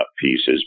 pieces